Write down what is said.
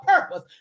purpose